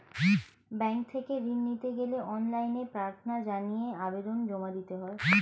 bank থেকে ঋণ নিতে গেলে অনলাইনে প্রার্থনা জানিয়ে আবেদন জমা দিতে হয়